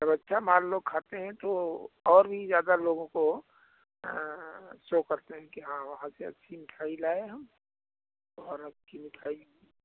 जब अच्छा माल लोग खाते हैं तो और भी ज्यादा लोगों को सो करते हैं कि हाँ वहाँ से अच्छी मिठाई लाए हम और अच्छी मिठाई